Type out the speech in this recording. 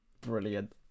Brilliant